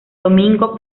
domingo